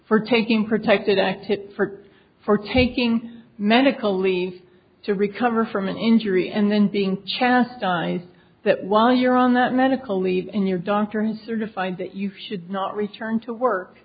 for taking protected act hit for for taking medical leave to recover from an injury and then being chastised that while you're on that medical leave and your doctor has certified that you should not return to